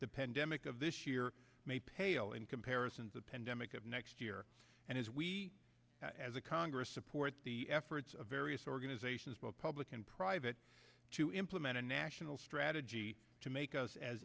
demick of this year may pale in comparison to the pandemic of next year and as we as a congress support the efforts of various organizations both public and private to implement a national strategy to make us as